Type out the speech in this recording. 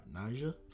Naja